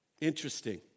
Interesting